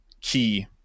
key